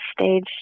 stage